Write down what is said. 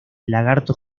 lagarto